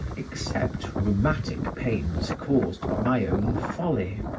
except rheumatic pains caused by my own folly.